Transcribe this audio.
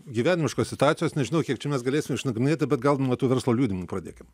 gyvenimiškos situacijos nežinau kiek čia mes galėsim išnagrinėti bet gal nuo tų verslo liudijimų pradėkim